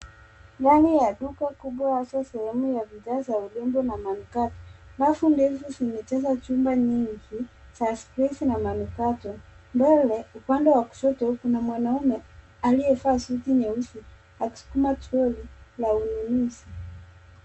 Ndani ya duka kubwa hasa sehemu ya bidhaa za urembo na manukato. Rafu ndefu zimejaza chupa nyingi za sprays na manukato. Mbele upande wa kushoto kuna mwanaume aliyevaa suti nyeusi akisukuma troli la ununuzi.